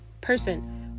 person